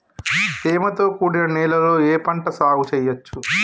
తేమతో కూడిన నేలలో ఏ పంట సాగు చేయచ్చు?